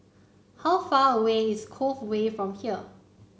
how far away is Cove Way from here